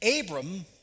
Abram